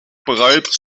bereits